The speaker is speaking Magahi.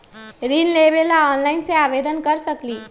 ऋण लेवे ला ऑनलाइन से आवेदन कर सकली?